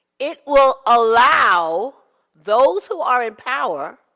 it will allow those who are in power,